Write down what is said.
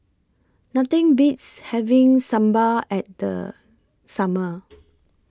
Nothing Beats having Sambar At The Summer